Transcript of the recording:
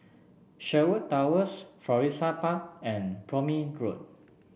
Sherwood Towers Florissa Park and Prome Road